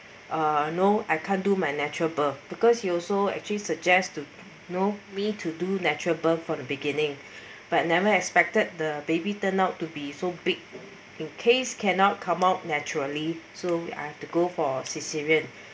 uh no I can't do my natural birth because he also actually suggest to you know me to do natural birth for the beginning but never expected the baby turned out to be so big in case cannot come out naturally so I have to go for cesarean